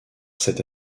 cette